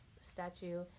statue